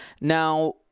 Now